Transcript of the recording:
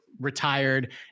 retired